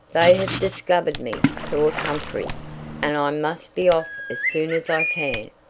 they have discovered me, thought humphrey and i must be off as soon as i can.